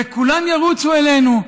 וכולם ירוצו אלינו,